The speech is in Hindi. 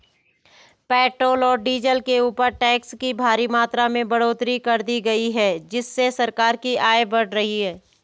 पेट्रोल और डीजल के ऊपर टैक्स की भारी मात्रा में बढ़ोतरी कर दी गई है जिससे सरकार की आय बढ़ रही है